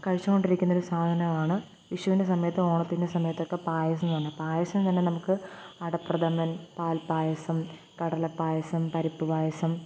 കഴിച്ചുകൊണ്ടിരിക്കുന്ന ഒരു സാധനമാണ് വിഷുവിന്റെ സമയത്തും ഓണത്തിന്റെ സമയത്തുമൊക്കെ പായസമെന്ന് പറഞ്ഞാല് പായസം തന്നെ നമുക്ക് അടപ്രഥമൻ പാൽപ്പായസം കടലപ്പായസം പരിപ്പ് പായസം